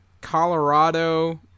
Colorado